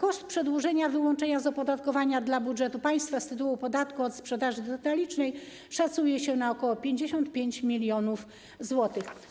Koszt przedłużenia wyłączenia z opodatkowania dla budżetu państwa z tytułu podatku od sprzedaży detalicznej szacuje się na ok. 55 mln zł.